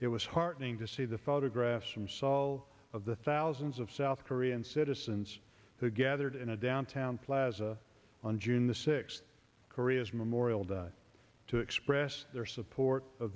it was heartening to see the photographs from saul of the thousands of south korean citizens who gathered in a downtown plaza on june the six koreas memorial day to express their support of